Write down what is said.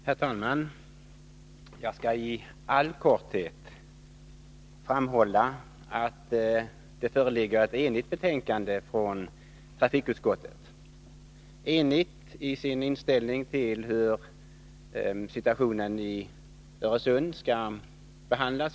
Herr talman! Jag vill i all korthet framhålla att det föreligger ett enigt betänkande från trafikutskottet. Vi är i utskottet eniga om hur situationen i Öresund f. n. skall behandlas.